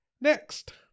Next